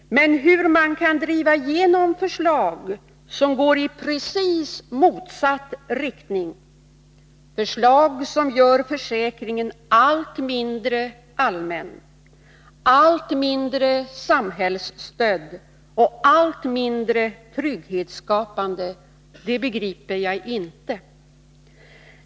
Men hur man kan driva igenom förslag som går i precis motsatt riktning — förslag som gör försäkringen allt mindre allmän, allt mindre samhällsstödd och allt mindre trygghetsskapande — begriper jag inte.